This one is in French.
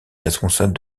responsable